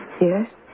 Yes